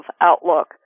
Outlook